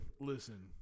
Listen